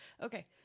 okay